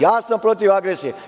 Ja sam protiv agresije.